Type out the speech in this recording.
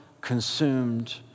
consumed